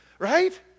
Right